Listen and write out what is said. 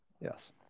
Yes